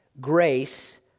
grace